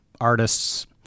artists